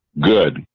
Good